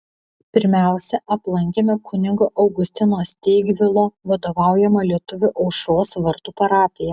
pirmiausia aplankėme kunigo augustino steigvilo vadovaujamą lietuvių aušros vartų parapiją